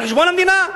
על חשבון המדינה,